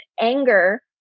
anger